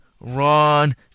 run